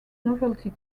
novelty